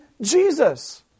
Jesus